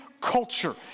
culture